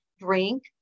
drink